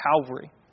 Calvary